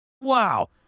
wow